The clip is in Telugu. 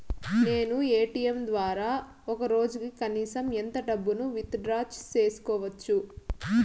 నేను ఎ.టి.ఎం ద్వారా ఒక రోజుకి కనీసం ఎంత డబ్బును విత్ డ్రా సేసుకోవచ్చు?